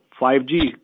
5G